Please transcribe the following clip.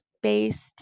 based